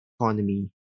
economy